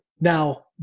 Now